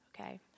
Okay